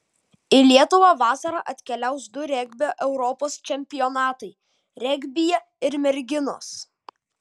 į lietuvą vasarą atkeliaus du regbio europos čempionatai regbyje ir merginos